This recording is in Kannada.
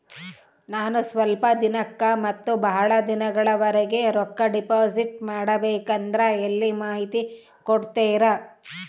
ನಾನು ಸ್ವಲ್ಪ ದಿನಕ್ಕ ಮತ್ತ ಬಹಳ ದಿನಗಳವರೆಗೆ ರೊಕ್ಕ ಡಿಪಾಸಿಟ್ ಮಾಡಬೇಕಂದ್ರ ಎಲ್ಲಿ ಮಾಹಿತಿ ಕೊಡ್ತೇರಾ?